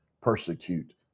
persecute